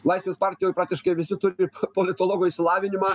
laisvės partijoj praktiškai visi turi politologo išsilavinimą